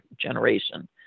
generation